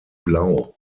blau